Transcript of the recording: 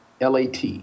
LAT